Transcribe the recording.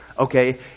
Okay